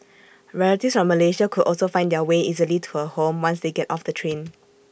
relatives from Malaysia could also find their way easily to her home once they got off the train